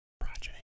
Project